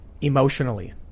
emotionally